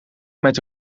met